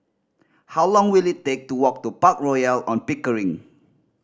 how long will it take to walk to Park Royal On Pickering